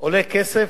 עולה כסף,